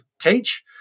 teach